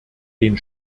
den